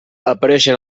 apareixen